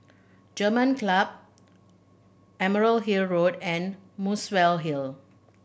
German Club Emerald Hill Road and Muswell Hill